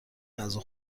غذا